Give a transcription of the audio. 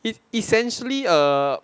it is essentially a